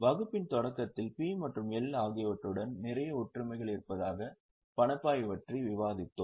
வகுப்பின் தொடக்கத்தில் P மற்றும் L ஆகியவற்றுடன் நிறைய ஒற்றுமைகள் இருப்பதாக பணப்பாய்வு பற்றி விவாதித்தோம்